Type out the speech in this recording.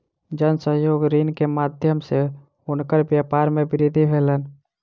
जन सहयोग ऋण के माध्यम सॅ हुनकर व्यापार मे वृद्धि भेलैन